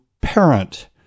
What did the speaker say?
Parent